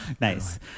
nice